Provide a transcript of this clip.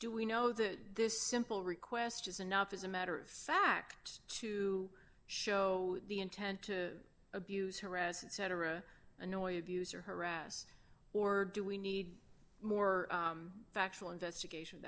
do we know that this simple request is enough as a matter of fact to show the intent to abuse harass and cetera annoy views or harass or do we need more factual investigation